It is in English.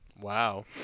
Wow